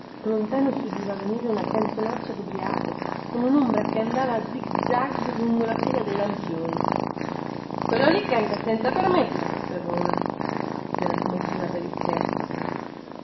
lontano si udiva venire una canzonaccia dubbriaco con unombra che andava a zig-zag lungo la fila dei lampioni quello lì canta senza permesso osservò uno della comitiva per ischerzo